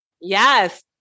Yes